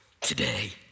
today